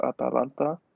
Atalanta